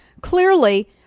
clearly